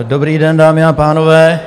Dobrý den, dámy a pánové.